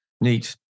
Neat